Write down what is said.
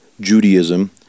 Judaism